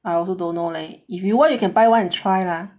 I also don't know leh if you want you can buy one and try lah